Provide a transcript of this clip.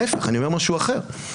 להפך, אני אומר משהו אחר.